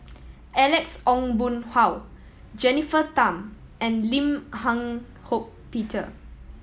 Alex Ong Boon Hau Jennifer Tham and Lim Eng Hock Peter